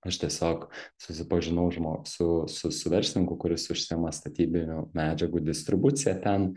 aš tiesiog susipažinau žmo su su su versininku kuris užsiema statybinių medžiagų distribucija ten